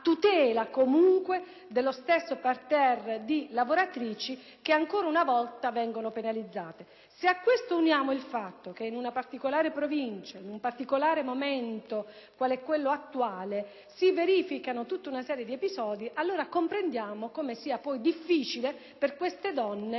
tutela dello stesso *parterre* di lavoratrici, che ancora una volta vengono penalizzate. Se a questo uniamo il fatto che in una particolare provincia e in un particolare momento come quello attuale si verificano tutta una serie di episodi, allora comprendiamo come sia difficile per queste donne